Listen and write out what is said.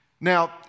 Now